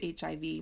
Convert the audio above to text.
HIV